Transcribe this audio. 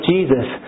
Jesus